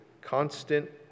constant